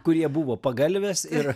kurie buvo pagalvės ir